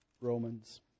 Romans